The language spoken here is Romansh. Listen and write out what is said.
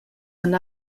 han